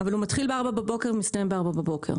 אבל הוא מתחיל ב-04:00 בבוקר ומסתיים ב-04:00.